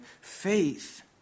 faith